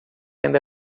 ainda